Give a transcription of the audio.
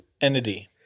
entity